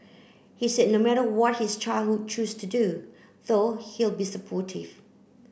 he said no matter what his childhood choose to do though he'll be supportive